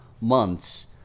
months